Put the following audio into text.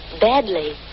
Badly